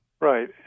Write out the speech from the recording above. Right